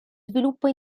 sviluppa